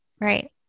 Right